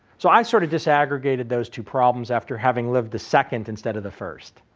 so, i sort of disaggregated those two problems after having lived the second instead of the first.